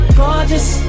gorgeous